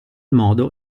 modo